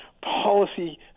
policy